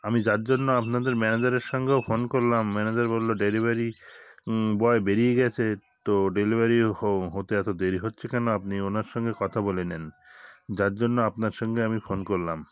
আমি যার জন্য আপনাদের ম্যানেজারের সঙ্গেও ফোন করলাম ম্যানেজার বলল ডেলিভারি বয় বেরিয়ে গেছে তো ডেলিভারি হো হতে এত দেরি হচ্ছে কেন আপনি ওনার সঙ্গে কথা বলে নিন যার জন্য আপনার সঙ্গে আমি ফোন করলাম